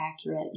accurate